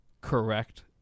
correct